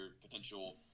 potential